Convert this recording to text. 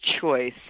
choice